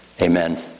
Amen